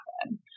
happen